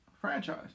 Franchise